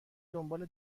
دنبال